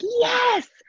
yes